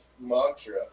mantra